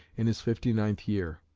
in his fifty-ninth year.